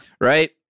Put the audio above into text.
Right